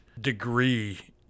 degree